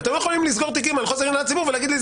אתם לא יכולים לסגור תיקים על חוסר עניין לציבור ולהגיד לי,